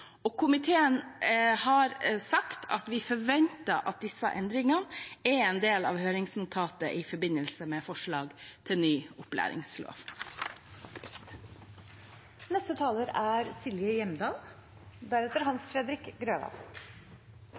og komiteen har sagt at vi forventer at disse endringene er en del av høringsnotatet i forbindelse med forslag til ny opplæringslov. Jeg synes det er